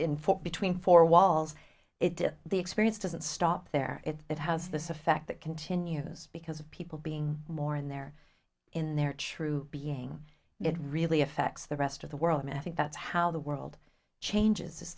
in for between four walls it did the experience doesn't stop there it has this effect that continues because of people being more in their in their true being it really affects the rest of the world and i think that's how the world changes